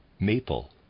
Maple